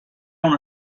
una